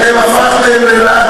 אתם הפכתם ללעג